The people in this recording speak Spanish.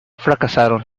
fracasaron